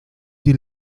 die